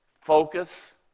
focus